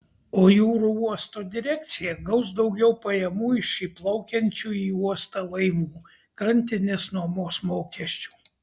o jūrų uosto direkcija gaus daugiau pajamų iš įplaukiančių į uostą laivų krantinės nuomos mokesčių